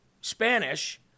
Spanish